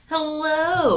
Hello